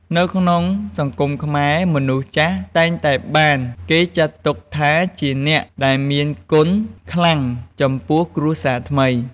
នៅក្នុងសង្គមខ្មែរ មនុស្សចាស់តែងតែបានគេចាត់ទុកថាជាអ្នកដែលមានគុណខ្លាំងចំពោះគ្រួសារថ្មី។